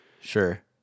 sure